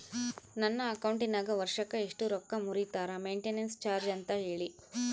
ನನ್ನ ಅಕೌಂಟಿನಾಗ ವರ್ಷಕ್ಕ ಎಷ್ಟು ರೊಕ್ಕ ಮುರಿತಾರ ಮೆಂಟೇನೆನ್ಸ್ ಚಾರ್ಜ್ ಅಂತ ಹೇಳಿ?